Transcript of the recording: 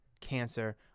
cancer